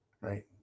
Right